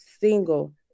single